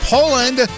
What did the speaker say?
Poland